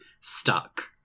stuck